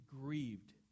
grieved